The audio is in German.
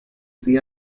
sie